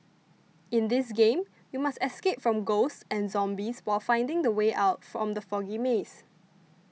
in this game you must escape from ghosts and zombies while finding the way out from the foggy maze